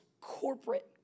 corporate